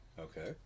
Okay